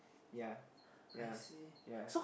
yeah yeah yeah